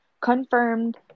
confirmed